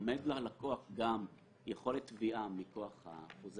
עומדת ללקוח יכולת תביעה מכוח החוזה